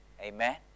Amen